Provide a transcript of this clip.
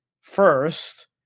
first